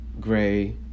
Gray